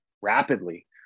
rapidly